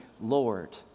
Lord